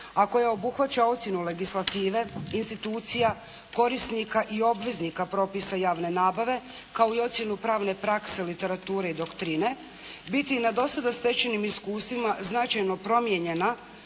a koja obuhvaća ocjenu legislative, institucija, korisnika i obveznika propisa javne nabave kao i ocjenu pravne prakse, literature i doktrine biti i na dosada stečenim iskustvima značajno promijenjena